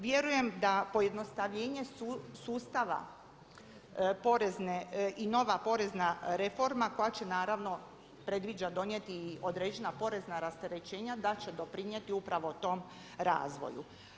Vjerujem da pojednostavljenje sustava i nova porezna reforma koja će naravno predviđa donijeti i određena porezna rasterećenja da će doprinijeti upravo tom razvoju.